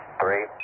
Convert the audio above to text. three